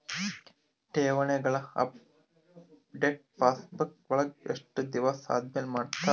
ಠೇವಣಿಗಳ update passbook ವಳಗ ಎಷ್ಟ ದಿವಸ ಆದಮೇಲೆ ಮಾಡ್ತಿರ್?